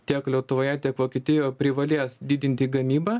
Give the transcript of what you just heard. tiek lietuvoje tiek vokietijoje privalės didinti gamybą